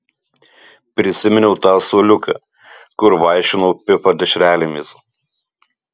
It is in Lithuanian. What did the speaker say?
prisiminiau tą suoliuką kur vaišinau pifą dešrelėmis